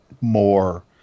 more